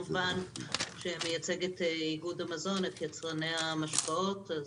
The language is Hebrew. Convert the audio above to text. ונג שמייצג את יצרני המשקאות באיגוד המזון,